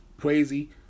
crazy